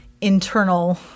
internal